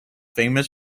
famous